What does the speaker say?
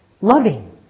loving